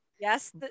Yes